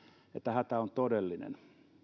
hätä on todellinen